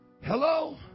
Hello